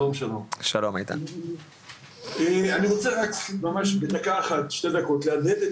אני רוצה ממש בדקה או שתיים להדהד את